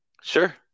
Sure